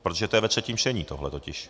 Protože to je ve třetím čtení tohle, totiž.